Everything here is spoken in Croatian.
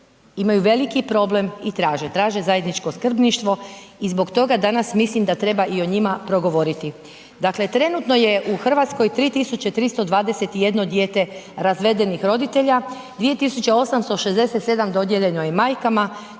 imaju veliki problem i traže, traže zajedničko skrbništvo. I zbog toga danas mislim da treba i o njima progovoriti. Dakle trenutno je u Hrvatskoj 3321 dijete razvedenih roditelja, 2867 dodijeljeno je majkama,